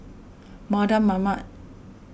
Mardan Mamat